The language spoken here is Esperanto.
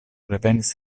revenis